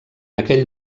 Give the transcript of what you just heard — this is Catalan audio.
aquell